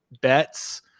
bets